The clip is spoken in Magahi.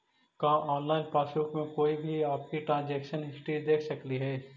का ऑनलाइन पासबुक में कोई भी आपकी ट्रांजेक्शन हिस्ट्री देख सकली हे